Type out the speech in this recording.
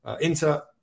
Inter